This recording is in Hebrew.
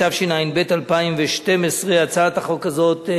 התשע"ב 2012. הצעת החוק הזאת,